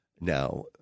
now